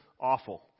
awful